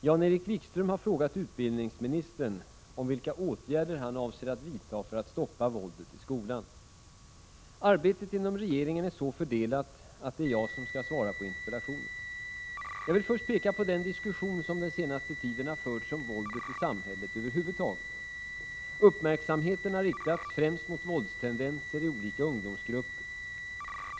Herr talman! Jan-Erik Wikström har frågat utbildningsministern om vilka åtgärder han avser att vidta för att stoppa våldet i skolan. Arbetet inom regeringen är så fördelat att det är jag som skall svara på interpellationen. Jag vill först peka på den diskussion som under den senaste tiden har förts 15 december 1986 om våldet i samhället över huvud taget. Uppmärksamheten har riktats främst mot våldstendenser i olika ungdomsgrupper.